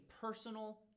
personal